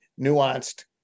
nuanced